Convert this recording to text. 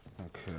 Okay